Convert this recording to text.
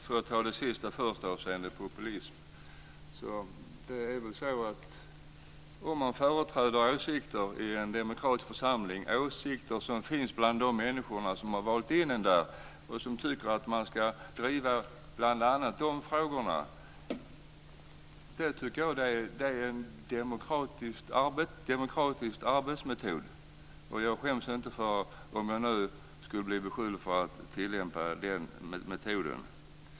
Fru talman! Jag tar först upp det sista, som handlade om populism. Jag tycker att det är en demokratisk arbetsmetod att i en demokratisk församling företräda åsikter som finns bland de människor som man har blivit invald av och som tycker att man ska driva bl.a. de frågorna. Jag skäms inte för att tillämpa den metoden.